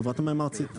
חברת המים הארצית.